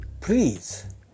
please